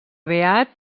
beat